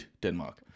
Denmark